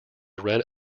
red